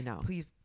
please